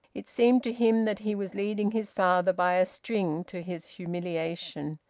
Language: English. it seemed to him that he was leading his father by a string to his humiliation.